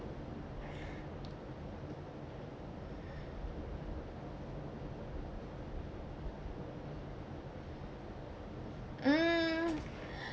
uh mm